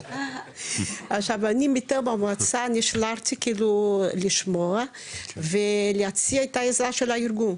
עכשיו אני מטעם המועצה נשלחתי לשמוע ולהציע את העזרה של הארגון,